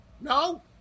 No